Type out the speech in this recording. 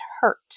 hurt